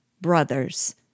Brothers